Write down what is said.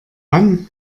wann